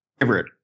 favorite